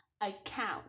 account